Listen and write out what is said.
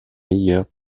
meilleures